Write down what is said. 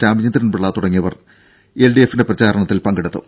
രാമചന്ദ്രൻപിള്ള തുടങ്ങിയവർ ഇന്നലെ എൽഡിഎഫിന്റെ പ്രചാരണത്തിൽ പങ്കെടുത്തു